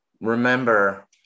remember